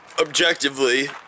objectively